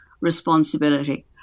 responsibility